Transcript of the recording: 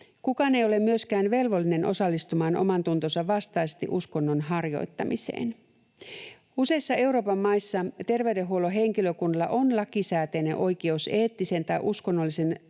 Kukaan ei ole myöskään velvollinen osallistumaan omantuntonsa vastaisesti uskonnon harjoittamiseen. Useissa Euroopan maissa terveydenhuollon henkilökunnalla on lakisääteinen oikeus eettisen tai uskonnollisen